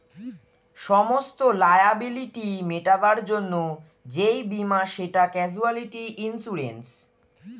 সমস্ত লায়াবিলিটি মেটাবার জন্যে যেই বীমা সেটা ক্যাজুয়ালটি ইন্সুরেন্স